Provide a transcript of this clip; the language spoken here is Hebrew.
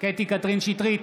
קטי קטרין שטרית,